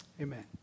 amen